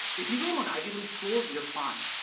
if you go to an ivy league school, you're fine.